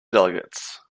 delegates